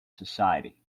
society